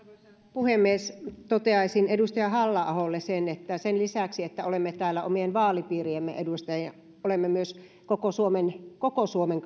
puhemies toteaisin edustaja halla aholle sen että sen lisäksi että olemme täällä omien vaalipiiriemme edustajina olemme myös koko suomen koko suomen